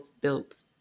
built